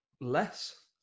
less